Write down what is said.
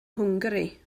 hwngari